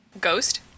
Ghost